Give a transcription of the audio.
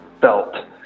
felt